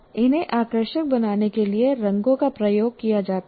इन्हें आकर्षक बनाने के लिए रंगों का प्रयोग किया जाता है